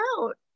out